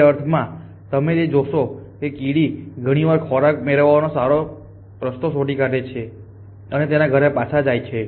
તે અર્થમાં તમે જોશો કે કીડી ઘણીવાર ખોરાક મેળવવાનો સારો રસ્તો શોધી કાઢે છે અને તેના ઘરે પાછી જાય છે